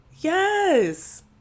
yes